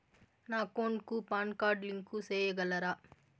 నా అకౌంట్ కు PAN card link సేయగలరా?